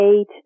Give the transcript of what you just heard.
eight